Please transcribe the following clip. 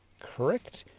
correct